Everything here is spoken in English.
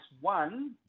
one